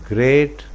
Great